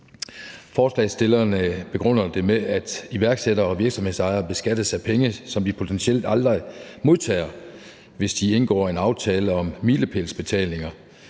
Forslagsstillerne begrunder det med, at iværksættere og virksomhedsejere beskattes af penge, som de potentielt aldrig modtager, hvis de indgår en aftale om milepælsbetalinger